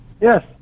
Yes